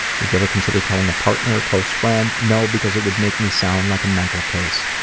would you ever consider telling a partner or close friend no because it would make me sound like a mental case.